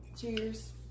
Cheers